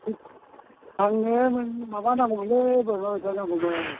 आंनो माबा नांगौमोनलै बोरमा बेदर नांगौमोन